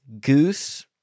Goose